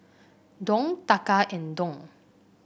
Dong Taka and Dong